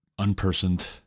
unpersoned